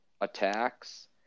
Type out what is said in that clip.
attacks